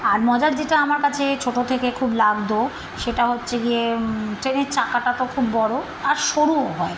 আর মজার যেটা আমার কাছে ছোট থেকে খুব লাগত সেটা হচ্ছে গিয়ে ট্রেনের চাকাটা তো খুব বড় আর সরুও হয়